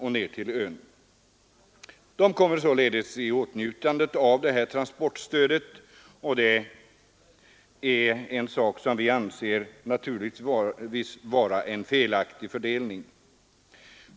Naturligtvis anser vi detta vara en felaktig fördelning.